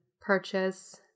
purchase